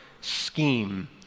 scheme